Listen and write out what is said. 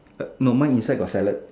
uh no mine inside got salad